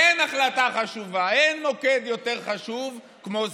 אין החלטה חשובה, אין מוקד יותר חשוב כמו זה.